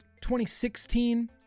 2016